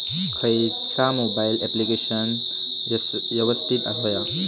खयचा mobile application यवस्तित होया?